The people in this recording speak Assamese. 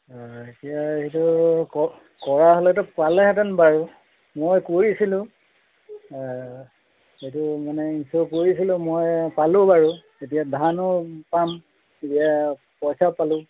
অঁ এতিয়া সেইটো ক কৰা হ'লেতো পালেহেঁতেন বাৰু মই কৰিছিলোঁ সেইটো মানে ইনছিয়'ৰ কৰিছিলোঁ মই পালোঁ বাৰু এতিয়া ধানো পাম এতিয়া পইচাও পালোঁ